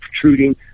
protruding